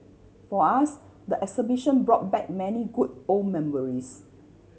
for us the exhibition brought back many good old memories